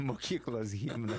mokyklos himną